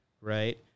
right